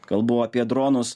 kalbu apie dronus